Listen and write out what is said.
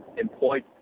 employed